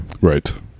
Right